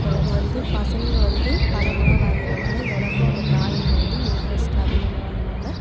எனக்கு வந்து பசங்க வந்து படம்லாம் வரைகிறனால எனக்கும் அந்த ட்ராயிங்கில் வந்து இன்ட்ரெஸ்ட் அதிகமானதால